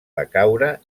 decaure